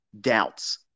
doubts